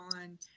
on